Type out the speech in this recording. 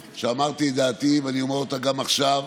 שאמרתי את דעתי, ואני אומר אותה גם עכשיו,